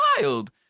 wild